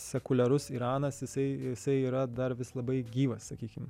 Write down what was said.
sekuliarus iranas jisai jisai yra dar vis labai gyvas sakykim